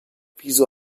wieso